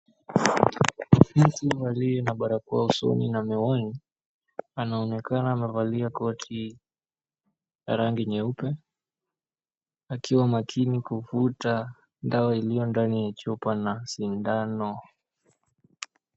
Nesi aliye na barakoa usoni na miwani anaonekana amevalia koti ya rangi nyeupe akiwa makini kuvuta dawa iliyo ndani ya chupa na sindano.